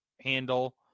handle